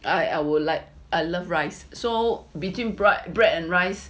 I would like I love rice so between bread and rice